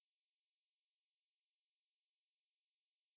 no I didn't I didn't mean it I didn't mean it